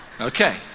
Okay